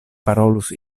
parolus